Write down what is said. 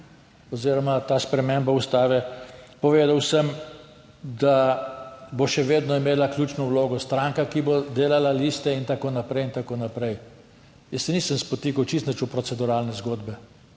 oziroma ta sprememba Ustave. Povedal sem, da bo še vedno imela ključno vlogo stranka, ki bo delala liste in tako naprej in tako naprej. Jaz se nisem spotikal čisto nič v proceduralne zgodbe,